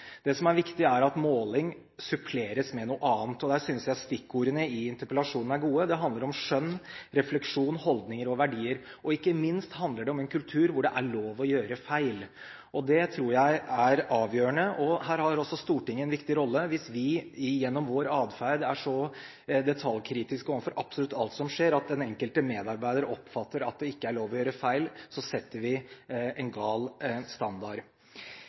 Det som er viktig, er at måling suppleres med noe annet. Der synes jeg stikkordene i interpellasjonen er gode. Det handler om skjønn, refleksjon, holdninger og verdier, og ikke minst handler det om en kultur hvor det er lov å gjøre feil. Det tror jeg er avgjørende. Her har også Stortinget en viktig rolle. Hvis vi gjennom vår adferd er så detaljkritiske overfor absolutt alt som skjer, at den enkelte medarbeider oppfatter at det ikke er lov å gjøre feil, setter vi en gal standard.